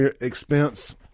expense